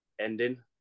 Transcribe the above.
ending